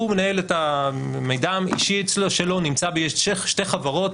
הוא מנהל את המידע האישי שלו נמצא בשתי חברות,